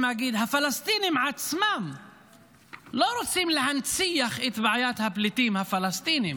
אם אגיד שהפלסטינים עצמם לא רוצים להנציח את בעיית הפליטים הפלסטינים.